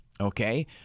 okay